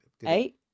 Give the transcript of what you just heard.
Eight